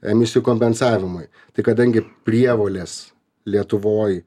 emisijų kompensavimui tai kadangi prievolės lietuvoje